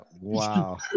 wow